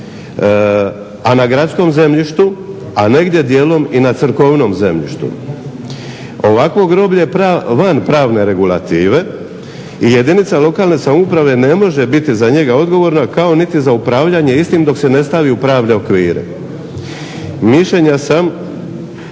a na gradskom zemljištu, a negdje dijelom i na crkvenom zemljištu. Ovakvo groblje je van pravne regulative i jedinica lokalne samouprave ne može biti za njega odgovorna kao niti za upravljanje istim dok se ne stavi u pravne okvire. Mišljenja sam